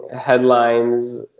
headlines